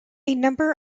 number